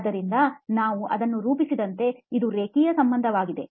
ಆದ್ದರಿಂದ ನಾವು ಅದನ್ನು ರೂಪಿಸಿದಂತೆ ಅದು ರೇಖೀಯ ಸಂಬಂಧವಾಗಿದೆ